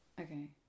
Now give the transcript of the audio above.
Okay